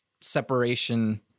separation